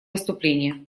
выступления